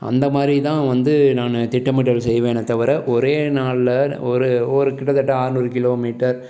அந்த மாதிரி தான் நான் வந்து திட்டமிடல் செய்வேனே தவிர ஒரே நாளில் ஒரு ஒரு கிட்டத்தட்ட ஆறு நூறு கிலோமீட்டர்